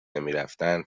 نمیرفتن